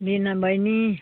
मेरिना बहिनी